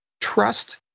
trust